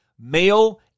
Male